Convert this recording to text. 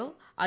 O I